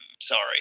sorry